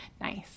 nice